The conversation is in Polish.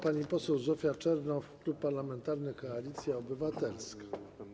Pani poseł Zofia Czernow, Klub Parlamentarny Koalicja Obywatelska.